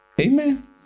Amen